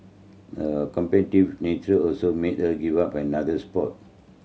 a competitive nature also made her give up another sport